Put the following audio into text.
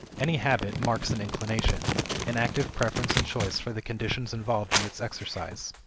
any habit marks an inclination an active preference and choice for the conditions involved in its exercise.